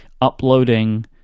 uploading